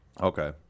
Okay